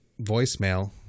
voicemail